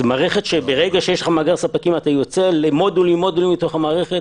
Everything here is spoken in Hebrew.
זאת מערכת שברגע שיש לך מאגר ספקים אתה יוצא למודולים מתוך המערכת,